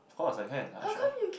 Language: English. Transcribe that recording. of course I can I